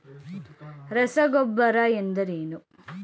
ರಸಗೊಬ್ಬರ ಎಂದರೇನು?